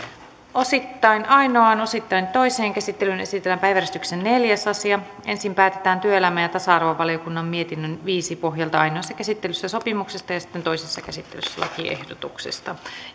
osittain ainoaan osittain toiseen käsittelyyn esitellään päiväjärjestyksen neljäs asia ensin päätetään työelämä ja tasa arvovaliokunnan mietinnön viisi pohjalta ainoassa käsittelyssä sopimuksesta ja sitten toisessa käsittelyssä lakiehdotuksesta